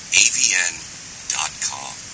avn.com